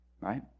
right